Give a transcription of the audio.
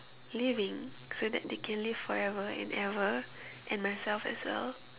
living so that they can live forever and ever and myself as well